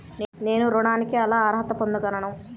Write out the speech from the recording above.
నేను ఋణానికి ఎలా అర్హత పొందగలను?